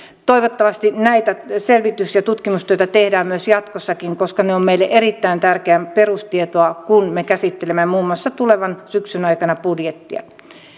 toivottavasti tätä selvitys ja tutkimustyötä tehdään myös jatkossa koska se on meille erittäin tärkeää perustietoa kun me käsittelemme muun muassa tulevan syksyn aikana budjettia